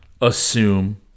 assume